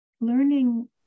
learning